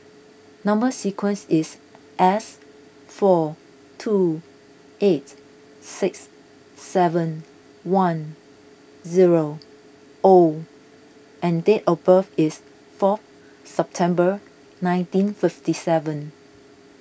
Number Sequence is S four two eight six seven one zero O and date of birth is four September nineteen fifty seven